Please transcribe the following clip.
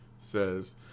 says